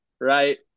right